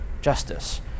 justice